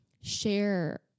share